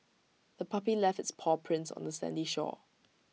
the puppy left its paw prints on the sandy shore